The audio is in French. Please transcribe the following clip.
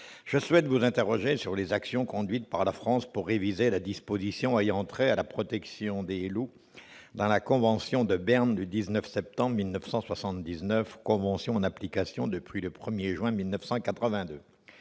de la biodiversité sur les actions conduites par la France pour réviser les dispositions ayant trait à la protection des loups dans la convention de Berne du 19 septembre 1979, laquelle est en application depuis le 1 juin 1982.